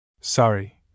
Sorry